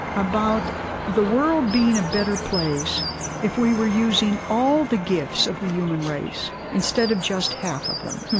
about the world being a better place if we were using all the gifts of the human race instead of just half of them